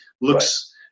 looks